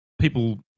people